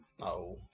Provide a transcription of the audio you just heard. No